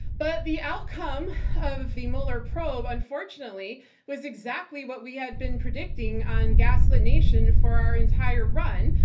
but the outcome of the mueller probe unfortunately was exactly what we had been predicting on gaslit nation for our entire run,